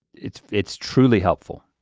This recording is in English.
it's it's truly helpful.